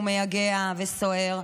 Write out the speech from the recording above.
מייגע וסוער,